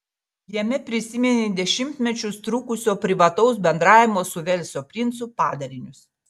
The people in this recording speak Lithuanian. jame prisiminė dešimtmečius trukusio privataus bendravimo su velso princu padarinius